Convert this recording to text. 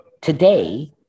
today